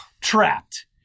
Trapped